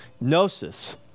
gnosis